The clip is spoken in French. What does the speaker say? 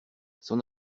son